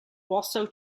also